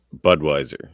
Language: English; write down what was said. Budweiser